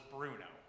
Bruno